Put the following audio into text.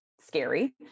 scary